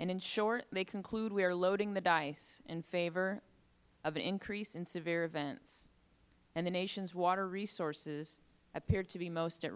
and in short they conclude we are loading the dice in favor of the increase in severe events and the nation's water resources appear to be most at